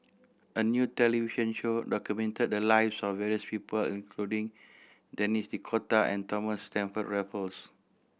a new television show documented the lives of various people including Denis D'Cotta and Thomas Stamford Raffles